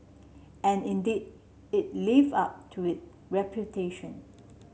and indeed it live up to it reputation